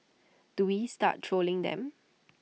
do we start trolling them